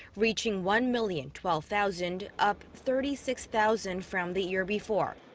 reaching one-million twelve thousand. up thirty six thousand from the year before.